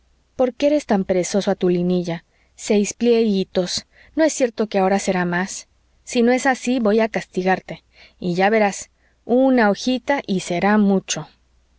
por qué eres tan perezoso a tu linilla seis plieguitos no es cierto que ahora será más si no es así voy a castigarte y ya verás una hojita y será mucho